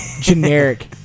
Generic